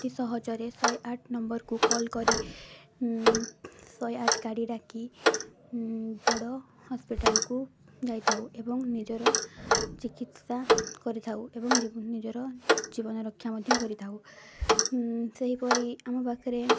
ଅତି ସହଜରେ ଶହେ ଆଠ ନମ୍ବରକୁ କଲ୍ କରି ଶହେ ଆଠ ଗାଡ଼ି ଡାକି ବଡ଼ ହସ୍ପିଟାଲକୁ ଯାଇଥାଉ ଏବଂ ନିଜର ଚିକିତ୍ସା କରିଥାଉ ଏବଂ ନିଜର ଜୀବନ ରକ୍ଷା ମଧ୍ୟ କରିଥାଉ ସେହିପରି ଆମ ପାଖରେ